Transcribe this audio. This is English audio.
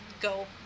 go